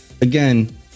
again